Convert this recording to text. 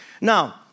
Now